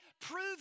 prove